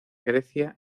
grecia